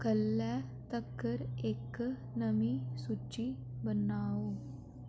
कल्लै तक्कर इक नमीं सूची बनाओ